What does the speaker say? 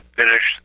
finish